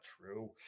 true